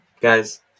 Guys